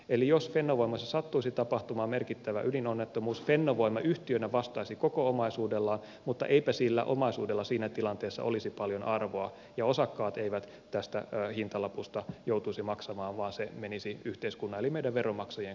eli jos fennovoimassa sattuisi tapahtumaan merkittävä ydinonnettomuus fennovoima yhtiönä vastaisi koko omaisuudellaan mutta eipä sillä omaisuudella siinä tilanteessa olisi paljon arvoa ja osakkaat eivät tästä hintalapusta joutuisi maksamaan vaan se menisi yhteiskunnan eli meidän veronmaksajien kannettavaksi